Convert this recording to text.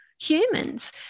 Humans